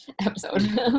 episode